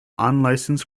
unlicensed